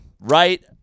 right